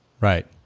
Right